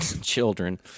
Children